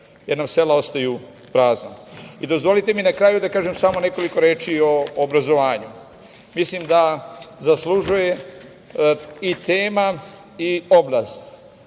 jer nam sela ostaju prazna. Dozvolite mi na kraju da kažem samo nekoliko reči o obrazovanju. Mislim da zaslužuje i tema i obraz.